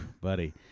buddy